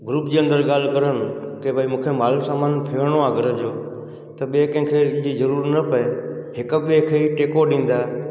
group जे अंदरि ॻाल्हि करनि की भई मूंखे माल समान फेरिणो आहे घर जो त ॿिए कंहिंखें जी ज़रूरत न पए हिकु ॿिए खे ई टेको ॾींदा